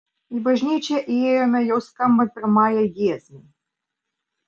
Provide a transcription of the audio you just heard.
į bažnyčią įėjome jau skambant pirmajai giesmei